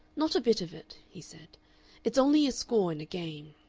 not a bit of it, he said it's only a score in a game.